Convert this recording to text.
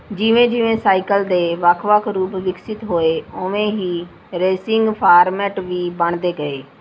ਜਿਵੇਂ ਜਿਵੇਂ ਸਾਈਕਲ ਦੇ ਵੱਖ ਵੱਖ ਰੂਪ ਵਿਕਸਿਤ ਹੋਏ ਉਵੇਂ ਹੀ ਰੇਸਿੰਗ ਫਾਰਮੈਟ ਵੀ ਬਣਦੇ ਗਏ